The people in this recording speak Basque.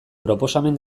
proposamen